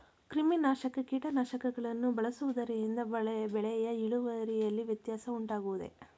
ಕ್ರಿಮಿನಾಶಕ ಕೀಟನಾಶಕಗಳನ್ನು ಬಳಸುವುದರಿಂದ ಬೆಳೆಯ ಇಳುವರಿಯಲ್ಲಿ ವ್ಯತ್ಯಾಸ ಉಂಟಾಗುವುದೇ?